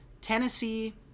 Tennessee